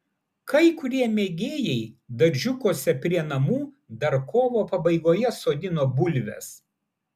kai kurie mėgėjai daržiukuose prie namų dar kovo pabaigoje sodino bulves